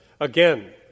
again